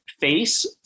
face